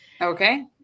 Okay